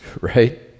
right